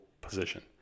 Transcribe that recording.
position